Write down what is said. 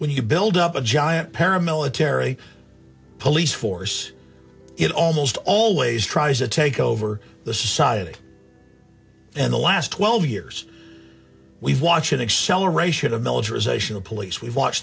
when you build up a giant paramilitary police force it almost always tries to take over the society in the last twelve years we've watched